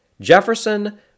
Jefferson